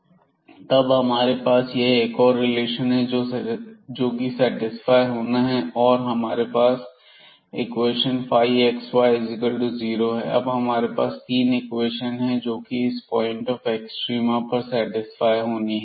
तब तब हमारे पास यह एक और रिलेशन है जो कि सेटिस्फाई होना है और हमारे पास इक्वेशन xy0 है अब हमारे पास 3 इक्वेशन हैं जोकि पॉइंट ऑफ एक्सट्रीमा पर सेटिस्फाई होनी है